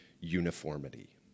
uniformity